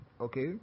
Okay